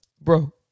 bro